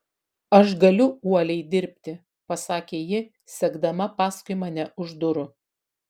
aš galiu uoliai dirbti pasakė ji sekdama paskui mane už durų